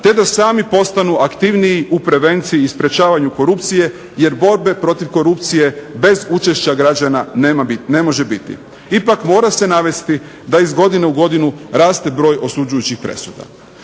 te da sami postanu aktivniji u prevenciji i sprječavanju korupcije, jer borbe protiv korupcije bez učešća građana ne može biti. Ipak mora se navesti da iz godine u godinu raste broj osuđujućih presuda.